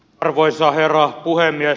arvoisa herra puhemies